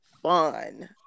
Fun